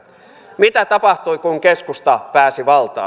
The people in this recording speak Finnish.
mitä tapahtui kun keskusta pääsi valtaan